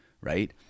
right